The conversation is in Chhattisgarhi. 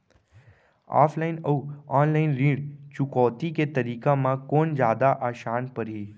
ऑफलाइन अऊ ऑनलाइन ऋण चुकौती के तरीका म कोन जादा आसान परही?